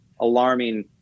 alarming